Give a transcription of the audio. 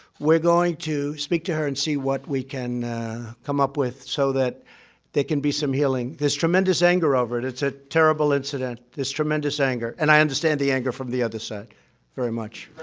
we're going to speak to her and see what we can come up with so that there can be some healing. there's tremendous anger over it. it's a terrible incident. there's tremendous anger, and i understand the anger from the other side very much.